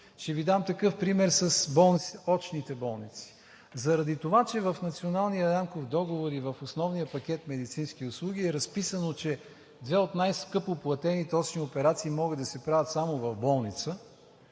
Ще Ви дам такъв пример с очните болници. Заради това, че в Националния рамков договор и в основния пакет медицински услуги е разписано, че две от най-скъпо платените очни операции могат да се правят само в болница,